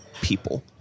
people